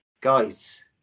guys